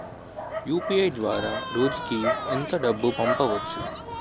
UPI ద్వారా రోజుకి ఎంత డబ్బు పంపవచ్చు?